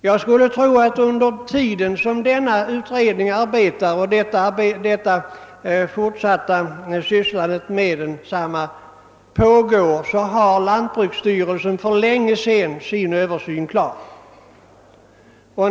Jag skulle tro att under tiden som denna utredning arbetar och under den tid som det övriga sysslandet med detta ärende pågår så får lantbruksstyrelsen i god tid sin översyn klar.